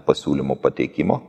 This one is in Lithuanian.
pasiūlymų pateikimo